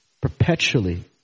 perpetually